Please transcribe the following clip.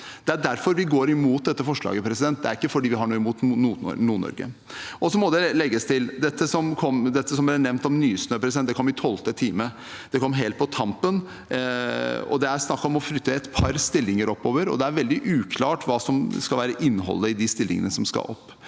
Det er derfor vi går imot dette forslaget. Det er ikke fordi vi har noe imot Nord-Norge. Med hensyn til det som er nevnt om Nysnø, må det legges til at det kom i tolvte time – det kom helt på tampen. Det er snakk om å flytte et par stillinger oppover, men det er veldig uklart hva som skal være innholdet i de stillingene som skal opp.